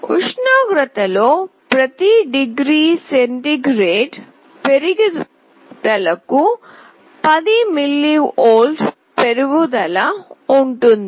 ఉష్ణోగ్రతలో ప్రతి degree centigrade పెరుగుదలకు 10 mV పెరుగుదల ఉంటుంది